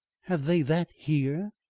have they that here?